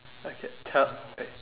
okay tell